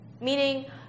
Meaning